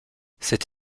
cette